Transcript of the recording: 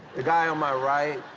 the guy on my right,